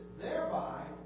thereby